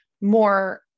more